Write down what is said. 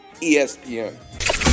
ESPN